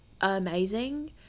amazing